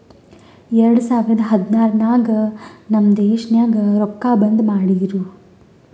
ಎರಡು ಸಾವಿರದ ಹದ್ನಾರ್ ನಾಗ್ ನಮ್ ದೇಶನಾಗ್ ರೊಕ್ಕಾ ಬಂದ್ ಮಾಡಿರೂ